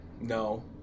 No